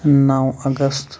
نو اگستہٕ